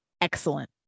excellent